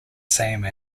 same